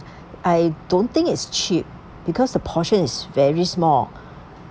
I don't think it's cheap because the portion is very small